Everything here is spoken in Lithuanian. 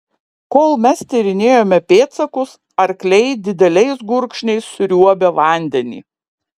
kol mes tyrinėjome pėdsakus arkliai dideliais gurkšniais sriuobė vandenį